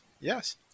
Yes